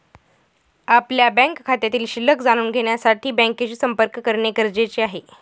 आपल्या बँक खात्यातील शिल्लक जाणून घेण्यासाठी बँकेशी संपर्क करणे गरजेचे आहे